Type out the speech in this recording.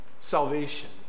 salvation